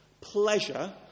pleasure